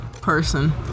person